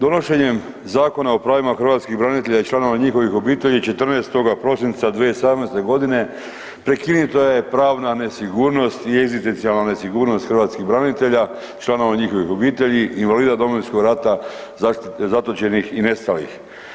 Donošenjem Zakona o pravima hrvatskih branitelja i članova njihovih obitelji 14.prosinca 2018.g. prekinuta je pravna nesigurnost i egzistencijalna nesigurnost hrvatskih branitelja i članova njihovih obitelji, invalida Domovinskog rata, zatočenih i nestalih.